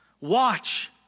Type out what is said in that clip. watch